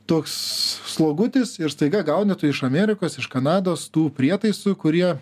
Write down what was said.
toks slogutis ir staiga gauni tu iš amerikos iš kanados tų prietaisų kurie